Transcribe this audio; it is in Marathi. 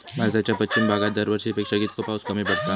भारताच्या पश्चिम भागात दरवर्षी पेक्षा कीतको पाऊस कमी पडता?